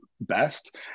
best